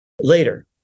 later